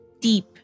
Deep